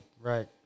right